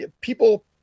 people